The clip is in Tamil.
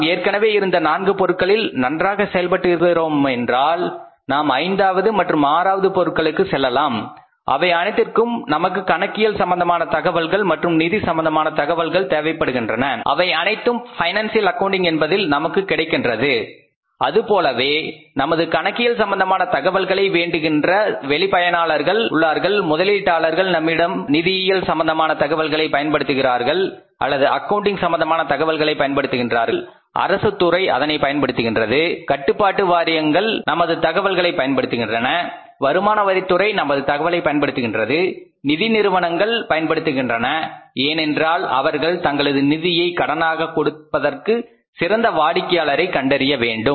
நாம் ஏற்கனவே இருந்த நான்கு பொருள்களில் நன்றாக செயல்பட்டு இருந்தோமென்றால் நாம் ஐந்தாவது மற்றும் ஆறாவது பொருட்களுக்கு செல்லலாம் அவை அனைத்திற்கும் நமக்கு கணக்கியல் சம்பந்தமான தகவல்கள் மற்றும் நிதி சம்பந்தமான தகவல்கள் தேவைப்படுகின்றன அவை அனைத்தும் பைனான்சியல் அக்கவுண்டிங் என்பதில் நமக்கு கிடைக்கின்றது அதுபோலவே நமது கணக்கியல் சம்பந்தமான தகவல்களை வேண்டுகின்ற வெளிபயனாளர்கள் உள்ளனர் முதலீட்டாளர்கள் நம்முடைய நிதியியல் சம்பந்தமான தகவல்களை பயன்படுத்துகின்றார்கள் அல்லது அக்கவுண்டிங் சம்பந்தமான தகவல்களை பயன்படுத்துகின்றார்கள் அரசுத்துறை அதனை பயன்படுத்துகின்றது கட்டுப்பாட்டு வாரியங்கள் நமது தகவலை பயன்படுத்துகின்றன வருமானவரித்துறை நமது தகவலை பயன்படுத்துகின்றது நிதி நிறுவனங்கள் பயன்படுத்துகின்றன ஏனென்றால் அவர்கள் தங்களது நிதியை கடனாக கொடுப்பதற்காக சிறந்த வாடிக்கையாளரை கண்டறிய வேண்டும்